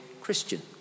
Christian